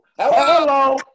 Hello